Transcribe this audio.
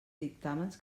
dictàmens